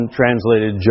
translated